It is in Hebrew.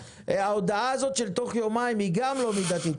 ההודעה הזאת תוך יומיים היא לא מידתית.